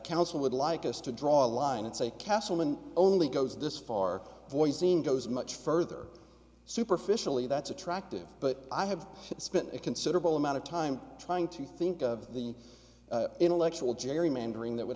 counsel would like us to draw a line and say castle and only goes this far boys seem goes much further superficially that's attractive but i have spent a considerable amount of time trying to think of the intellectual gerrymandering that would